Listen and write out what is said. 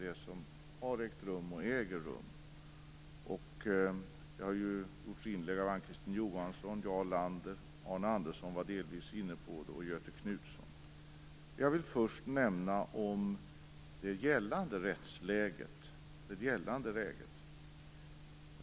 Det har gjorts inlägg av Jag vill först ta upp det gällande rättsläget.